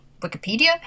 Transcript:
wikipedia